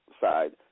side